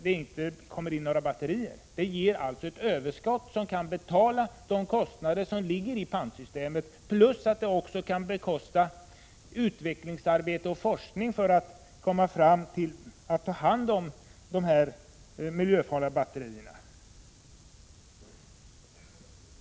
Det ger alltså ett överskott som kan betala de kostnader som ligger i pantsystemet plus att det också kan bekosta utvecklingsarbete och forskning för att komma fram till metoder att ta hand om de miljöfarliga batterierna.